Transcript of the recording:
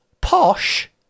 Posh